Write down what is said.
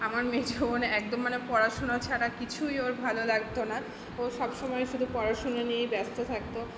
আমার মেজো বোন একদম মানে পড়াশুনা ছাড়া কিছুই ওর ভালো লাগতো না ও সব সময়েই শুধু পড়াশুনো নিয়েই ব্যস্ত থাকতো